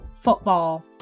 Football